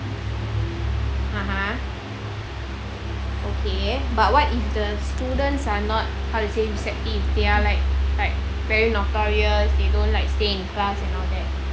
(uh huh) okay but if the students are not how to say receptive they're like like very notorious they don't like stay in class and all that